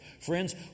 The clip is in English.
Friends